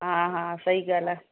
हा हा सही ॻाल्हि आहे